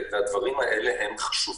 והדברים האלה חשובים.